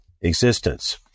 existence